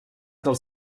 dels